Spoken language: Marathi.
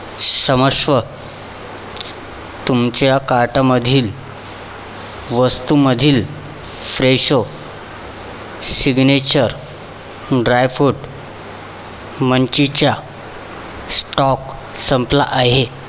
क्षमस्व तुमच्या कार्टामधील वस्तूंमधील फ्रेशो सिग्नेचर ड्रायफ्रूट मन्चीजचा स्टॉक संपला आहे